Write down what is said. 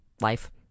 life